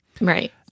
Right